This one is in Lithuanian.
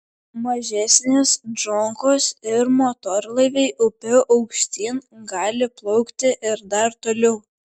mažesnės džonkos ir motorlaiviai upe aukštyn gali plaukti ir dar toliau